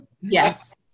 Yes